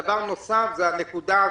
דבר נוסף הוא בעניין הבנקים.